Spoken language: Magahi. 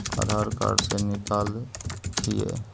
आधार कार्ड से निकाल हिऐ?